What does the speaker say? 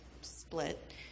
split